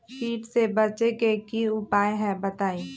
कीट से बचे के की उपाय हैं बताई?